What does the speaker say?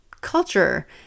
culture